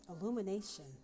illumination